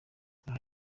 aha